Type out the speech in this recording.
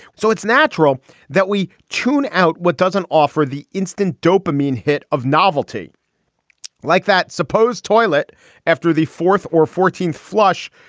so it's natural that we tune out what doesn't offer the instant dopamine hit of novelty like that supposed toilet after the fourth or fourteenth flush.